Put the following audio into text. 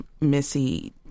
Missy